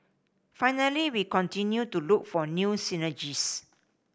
finally we continue to look for new synergies